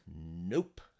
Nope